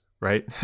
right